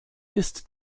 ist